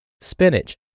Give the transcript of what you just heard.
spinach